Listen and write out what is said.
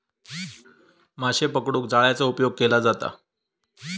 माशे पकडूक जाळ्याचा उपयोग केलो जाता